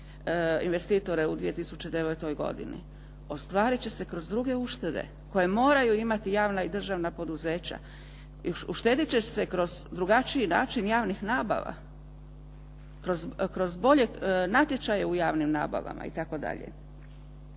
investitore u 2009. godini. Ostvarit će se kroz druge uštede koje moraju imati javna i državna poduzeća. Uštedit će se kroz drugačiji način javnih nabava, kroz bolje natječaje u javnim nabavama itd.